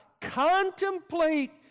Contemplate